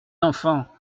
enfant